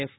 F